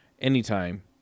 anytime